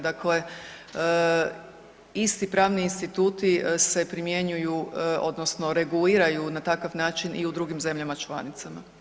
Dakle isti pravni instituti se primjenjuju odnosno reguliraju na takav način i u drugim zemljama članicama.